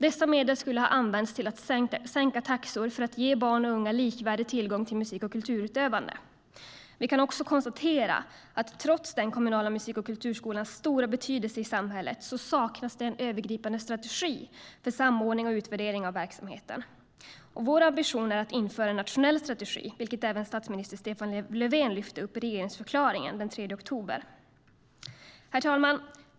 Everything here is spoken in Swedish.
Dessa medel skulle ha använts till att sänka taxor för att ge barn och unga likvärdig tillgång till musik och kulturutövande. Herr talman!